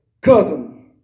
cousin